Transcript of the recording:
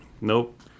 Nope